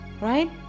right